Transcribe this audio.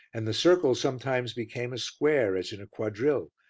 and the circle sometimes became a square, as in a quadrille,